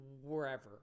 wherever